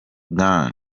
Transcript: gang